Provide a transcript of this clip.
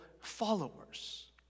followers